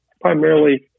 primarily